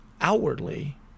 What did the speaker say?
outwardly